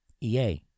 EA